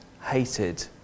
hated